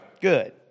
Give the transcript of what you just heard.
Good